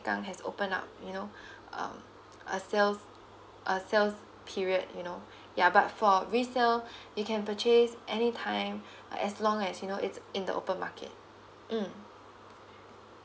sengkang has open up you know um a sales a sales period you know yeah but for resell you can purchase any time uh as long as you know it's in the open market mm